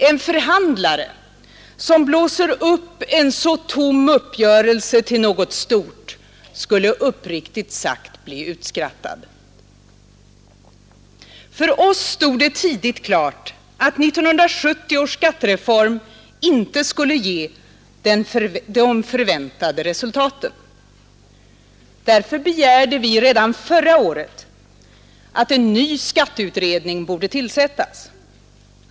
En förhandlare som blåser upp en så tom uppgörelse till något stort skulle uppriktigt sagt bli utskrattad. För oss stod det tidigt klart att 1970 års skattereform inte skulle ge de förväntade resultaten. Därför begärde vi redan förra året att en ny skatteutredning skulle tillsättas.